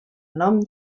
nom